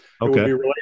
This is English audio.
Okay